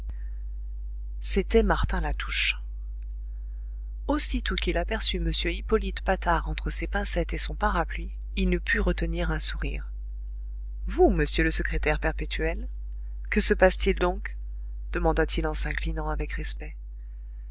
c'était martin latouche aussitôt qu'il aperçut m hippolyte patard entre ses pincettes et son parapluie il ne put retenir un sourire vous monsieur le secrétaire perpétuel que se passe-t-il donc demanda-t-il en s'inclinant avec respect